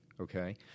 okay